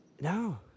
No